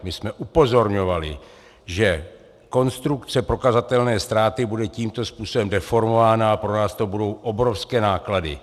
My jsme upozorňovali, že konstrukce prokazatelné ztráty bude tímto způsobem deformována a pro nás to budou obrovské náklady.